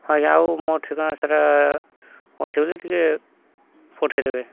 ହଁ ଆଜ୍ଞା ଆଉ ମୋ ଠିକଣା ସାରା ଅଛି ବୋଲି ଟିକେ ପଠାଇ ଦେବେ